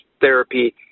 therapy